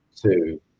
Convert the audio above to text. two